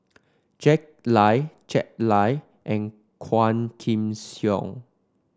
Jack Lai Jack Lai and Quah Kim Song